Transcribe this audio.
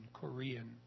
Korean